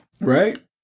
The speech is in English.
Right